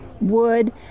wood